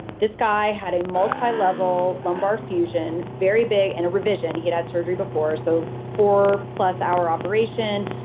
this guy had a multi-level lumbar fusion, very big, and a revision. he had had surgery before. so four plus hour operation.